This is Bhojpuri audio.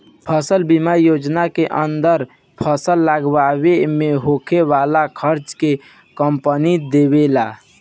फसल बीमा योजना के अंदर फसल लागावे में होखे वाला खार्चा के कंपनी देबेला